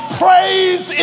praise